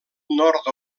nord